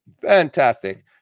fantastic